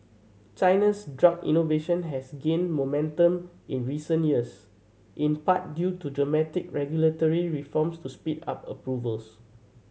China's drug innovation has gained momentum in recent years in part due to dramatic regulatory reforms to speed up approvals